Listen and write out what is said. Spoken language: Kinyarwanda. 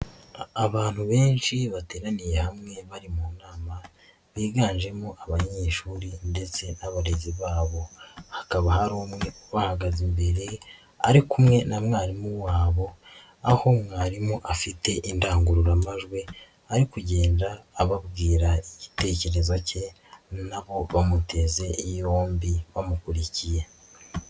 Abantu benshi bateraniye hamwe bari mu nama, biganjemo abanyeshuri ndetse n'abarezi babo. Hakaba hari umwe ubahagaze imbere ari kumwe na mwarimu wabo, aho mwarimu afite indangururamajwi ari kugenda ababwira igitekerezo cye, na bo bamuteze yombi, bamukurikiye.